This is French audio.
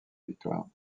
victoire